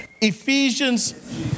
Ephesians